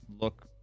look